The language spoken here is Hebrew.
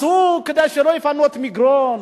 אז כדי שלא יפנו את מגרון,